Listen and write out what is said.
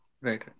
right